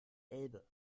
elbe